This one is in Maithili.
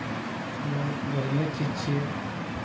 लोन बढ़िएँ चीज छियै